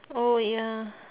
oh ya